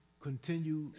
continue